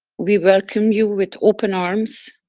we welcome you with open arms,